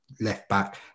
left-back